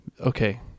Okay